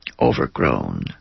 overgrown